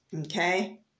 Okay